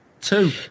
Two